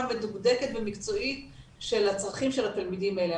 מדוקדקת ומקצועית של הצרכים של התלמידים האלה.